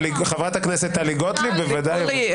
חברת הכנסת טלי גוטליב, בוודאי.